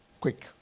Quick